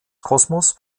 kosmos